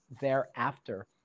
thereafter